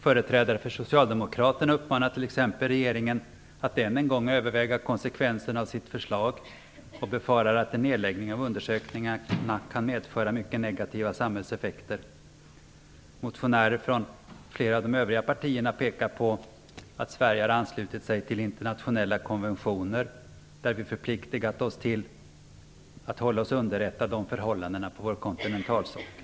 Företrädare för socialdemokraterna uppmanar t.ex. regeringen att än en gång överväga konsekvensen av sitt förslag och befarar att en nedläggning av undersökningarna kan få mycket negativa samhällseffekter. Motionärer från flera av de övriga partierna pekar på att Sverige har anslutit sig till internationella konventioner där vi förpliktigat oss till att hålla oss underrättade om förhållandena på vår kontinentalsockel.